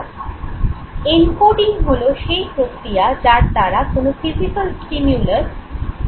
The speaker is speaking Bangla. "এনকোডিং" রূপান্তরিত হতে পারে